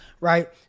right